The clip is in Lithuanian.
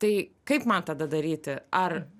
tai kaip man tada daryti ar